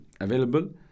available